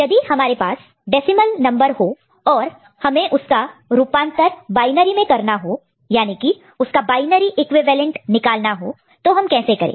यदि हमारे पास डेसिमल नंबर हो और हमें उसका रूपांतर कन्वर्शन conversion बायनरी में करना हो याने की उसका बायनरी इक्विवेलेंट निकालना हो तो हम कैसे करें